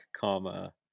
comma